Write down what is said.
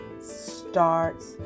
starts